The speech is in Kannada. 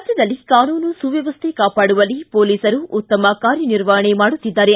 ರಾಜ್ಯದಲ್ಲಿ ಕಾನೂನು ಸುವ್ಯವಸ್ಥೆ ಕಾಪಾಡುವಲ್ಲಿ ಪೋಲೀಸರು ಉತ್ತಮ ಕಾರ್ಯನಿರ್ವಪಣೆ ಮಾಡುತ್ತಿದ್ದಾರೆ